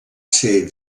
ser